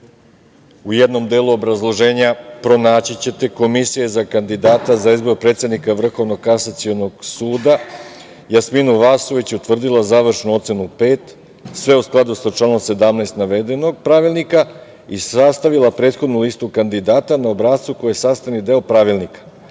u jednom delu obrazloženja pronaći ćete komisije za kandidata za izbor predsednika Vrhovnog kasacionog suda Jasminu Vasović, utvrdila završnu ocenu pet, sve u skladu sa članom 17. navedenog pravilnika i sastavila prethodnu listu kandidata na obrascu koji je sastavni deo pravilnika.